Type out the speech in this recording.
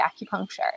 acupuncture